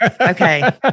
Okay